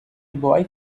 boy